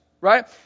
Right